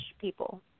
people